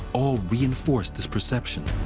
all reinforced this perception.